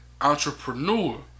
entrepreneur